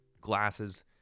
glasses